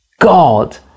God